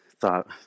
thought